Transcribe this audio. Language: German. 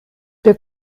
der